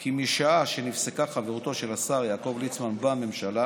כי משעה שנפסקה חברותו של השר יעקב ליצמן בממשלה